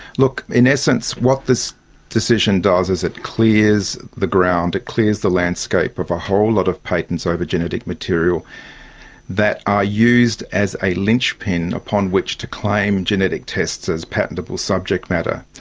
look, in essence what this decision does is it clears the ground, it clears the landscape of a whole lot of patents over genetic material that are used as a linchpin upon which to claim genetic tests as patentable subject matter.